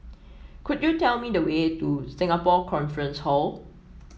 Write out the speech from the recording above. could you tell me the way to Singapore Conference Hall